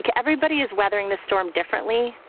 yeah everybody is weathering the storm differently.